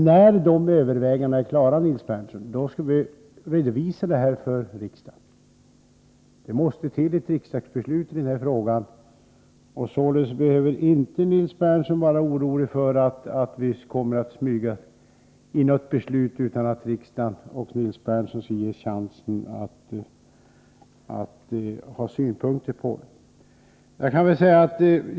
När de övervägandena är klara, Nils Berndtson, skall vi redovisa ärendet för riksdagen — det måste till ett riksdagsbeslut i den här frågan. Således behöver Nils Berndtson inte vara orolig för att vi kommer att smyga igenom något beslut utan att riksdagen — även Nils Berndtson — ges chansen att anföra synpunkter på förslaget.